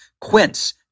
Quince